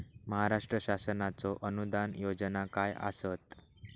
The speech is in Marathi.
महाराष्ट्र शासनाचो अनुदान योजना काय आसत?